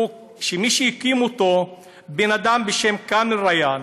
שמי שהקים אותו הוא בן אדם בשם כמאל ריאן,